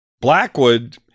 Blackwood